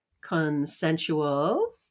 Consensual